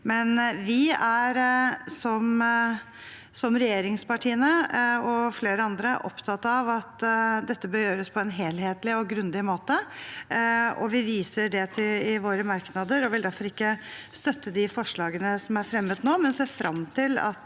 vi er, som regjeringspartiene og flere andre, opptatt av at dette bør gjøres på en helhetlig og grundig måte. Vi viser til det i våre merknader og vil derfor ikke støtte de forslagene som er fremmet nå, men ser frem til at